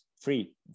free